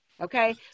Okay